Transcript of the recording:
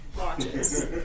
watches